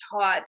taught